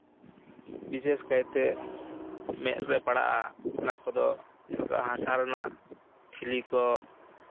ᱵᱤᱥᱮᱥ ᱠᱟᱭᱛᱮ ᱢᱮᱫᱨᱮ ᱯᱟᱲᱟᱜᱼᱟ ᱚᱱᱟ ᱠᱚᱫᱚ ᱡᱮᱞᱮᱠᱟ ᱦᱟᱥᱟ ᱨᱮᱱᱟᱜ ᱴᱷᱤᱞᱤ ᱠᱚ